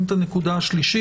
כן.